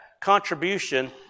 contribution